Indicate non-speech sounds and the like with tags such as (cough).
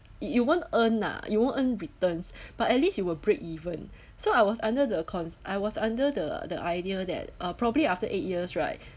you you won't earn lah you won't earn returns (breath) but at least you will break even so I was under the cons~ I was under the the idea that uh probably after eight years right